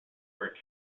where